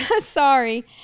Sorry